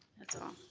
that's all.